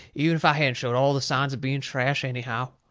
even if i hadn't showed all the signs of being trash anyhow.